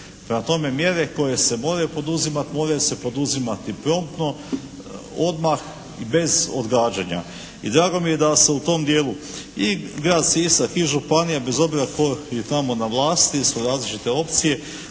tome mjere koje se moraju poduzimati moraju se poduzimati promptno, odmah i bez odgađanja. I drago mi je da se u tom dijelu i grad Sisak i županija bez obzira tko je tamo na vlasti, su različite opcije,